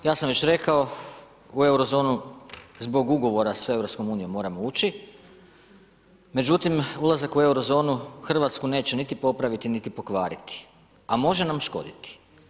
Ja sam već rekao u Eurozonu zbog ugovora s EU moramo ući, međutim ulazak u Eurozonu Hrvatsku neće niti popraviti, niti pokvariti, a može nam škoditi.